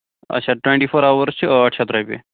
اَچھا twenty four اَوٲرٕس چھِ ٲٹھ شَتھ رۄپیہِ